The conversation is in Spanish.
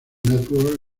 network